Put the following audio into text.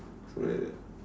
so maybe like